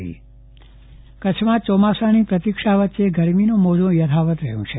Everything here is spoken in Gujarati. ચંદ્રવદન પદ્દણી હવામાન કચ્છમાં ચોમાસાની પ્રતિક્ષા વચ્ચે ગરમીનું મોજુ યથાવત રહ્યુ છે